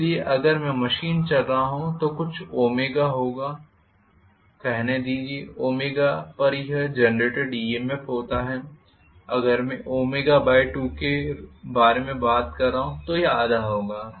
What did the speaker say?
इसलिए अगर मैं मशीन चला रहा हूं तो कुछ ओमेगाω होगा कहने दीजिए ओमेगाω पर यह जेनरेटेड ईएमएफ होता है अगर मैं ω2 के बारे में बात कर रहा हूं तो यह आधा होगा